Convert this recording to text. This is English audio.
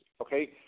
Okay